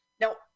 now